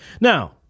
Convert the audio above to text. Now